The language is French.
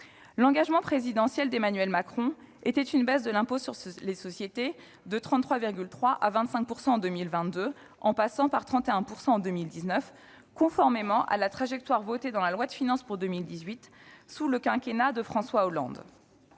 L'engagement présidentiel d'Emmanuel Macron était une baisse de l'impôt sur les sociétés de 33,3 % à 25 % en 2022, en passant par 31 % en 2019, conformément à la trajectoire définie dans la loi de finances pour 2018. En 2020, il était prévu